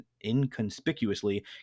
inconspicuously